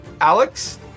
Alex